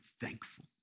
thankful